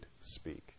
speak